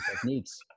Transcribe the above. techniques